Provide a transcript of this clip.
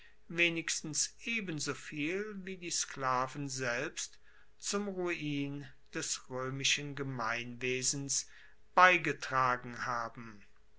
wenigstens ebensoviel wie die sklaven selbst zum ruin des roemischen gemeinwesens beigetragen haben